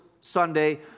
Sunday